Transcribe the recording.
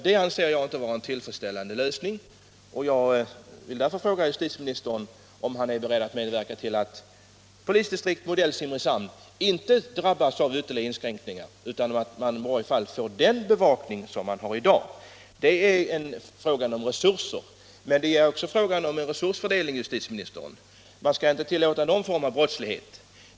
Detta anser jag inte vara en tillfredsställande lösning. Därför vill jag fråga justitieministern om han är beredd att medverka till att polisdistrikt modell Simrishamn inte drabbas av ytterligare inskränkningar utan att man i varje fall får den bevakning som man har i dag. Det är en fråga om resurser. Men det är också fråga om en resursfördelning, herr justitieminister. Man skall inte tillåta någon form av brottslighet.